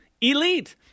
elite